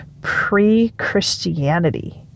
pre-Christianity